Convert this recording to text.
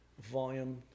volume